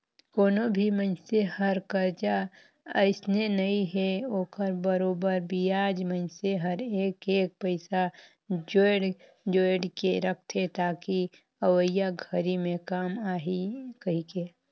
कोनो भी मइनसे हर करजा अइसने नइ हे ओखर बरोबर बियाज मइनसे हर एक एक पइसा जोयड़ जोयड़ के रखथे ताकि अवइया घरी मे काम आही कहीके